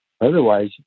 Otherwise